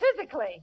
physically